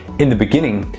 in the beginning,